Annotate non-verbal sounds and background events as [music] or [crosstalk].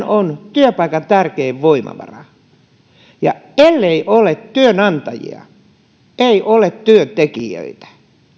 [unintelligible] on työpaikan tärkein voimavara ellei ole työnantajia ei ole työntekijöitä